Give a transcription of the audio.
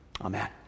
Amen